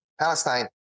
Palestine